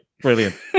Brilliant